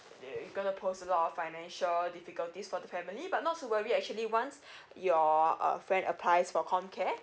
uh it gonna post a lot of financial difficulties for the family but not to worry actually once your uh friend applies for com care